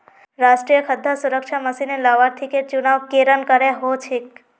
राष्ट्रीय खाद्य सुरक्षा मिशनेर लाभार्थिकेर चुनाव केरन करें हो छेक